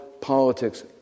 politics